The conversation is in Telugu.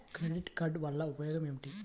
క్రెడిట్ కార్డ్ వల్ల ఉపయోగం ఏమిటీ?